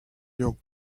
your